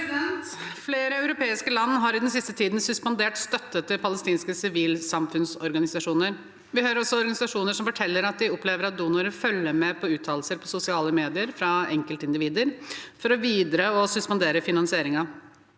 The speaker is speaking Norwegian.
Flere europeiske land har i den siste tiden suspendert støtte til palestinske sivilsamfunnsorganisasjoner. Vi hører også organisasjoner som forteller at de opplever at donorer følger med på uttalelser på sosiale medier fra enkeltindivider for videre å suspendere finansieringen.